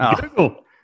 Google